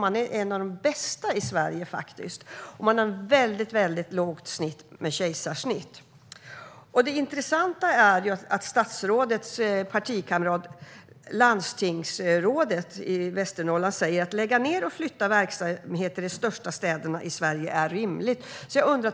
Det är tvärtom en av de bästa förlossningsavdelningarna i Sverige, som utför en väldigt låg andel kejsarsnitt. Det är intressant att statsrådets partikamrat, landstingsrådet i Västernorrland, säger att det är rimligt att lägga ned och att flytta verksamheterna till de största städerna i Sverige.